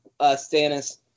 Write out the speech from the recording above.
Stannis